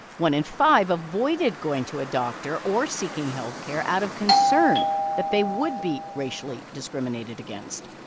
one in five avoided going to a doctor or seeking health care out of concern that they would be racially discriminated against.